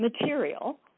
material